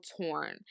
torn